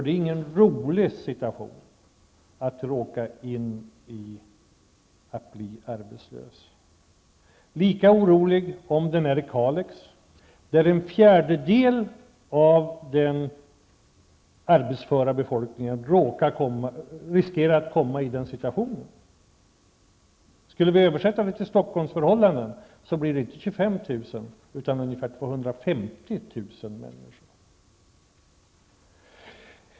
Det är ingen rolig situation att bli arbetslös. Lika orolig är jag om vederbörande bor i Kalix, där en fjärdedel av den arbetsföra befolkningen riskerar att hamna i den situationen. Skulle vi översätta det till Stockholmsförhållanden blir det ungefär 250 000 människor i stället för 25 000.